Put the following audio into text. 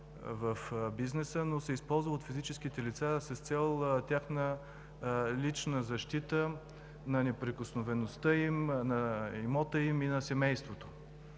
в бизнеса, но се използва и от физическите лица с цел личната защита на неприкосновеността им, на имота и на семейството